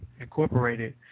Incorporated